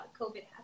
COVID